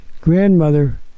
grandmother